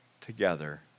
together